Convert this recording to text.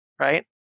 Right